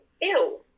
ew